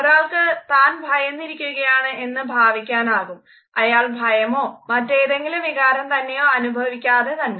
ഒരാൾക്ക് താൻ ഭയന്നിരിക്കുകയാണ് എന്ന് ഭാവിക്കാനാകും അയാൾ ഭയമോ മറ്റേതെങ്കിലും വികാരം തന്നെയോ അനുഭവിക്കാതെ തന്നെ